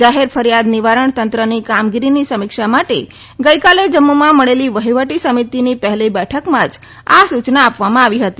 જાહેર ફરિયાદ નિવારણ તંત્રની કામગીરીની સમીક્ષા માટે ગઇકાલે જમ્મુમાં મળેલી વહીવટી સમિતિની પહેલી બેઠકમાં જ આ સૂચના આપવામાં આવી હતી